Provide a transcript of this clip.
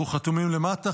אנחנו חתומים למטה,